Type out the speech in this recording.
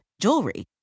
jewelry